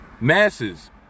Masses